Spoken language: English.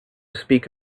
speak